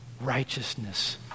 righteousness